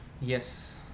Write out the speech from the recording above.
Yes